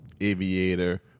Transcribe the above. Aviator